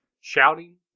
shouting